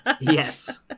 yes